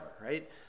right